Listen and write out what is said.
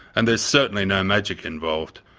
and there's certainly no magic involved.